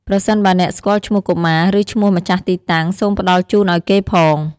ប្រសិនបើអ្នកស្គាល់ឈ្មោះកុមារ ឬឈ្មោះម្ចាស់ទីតាំង សូមផ្ដល់ជូនអោយគេផង។